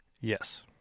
Yes